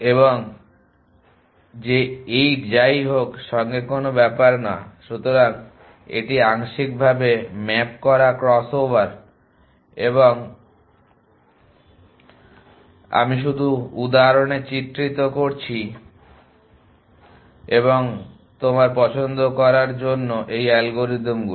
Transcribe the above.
এবং যে 8 যাইহোক সঙ্গে কোন ব্যাপার না সুতরাং এটি আংশিকভাবে ম্যাপ করা ক্রস ওভার এবং আমি শুধু এই উদাহরণে চিত্রিত করেছি এবং আপনার পছন্দ করার জন্য এই অ্যালগরিদমগুলি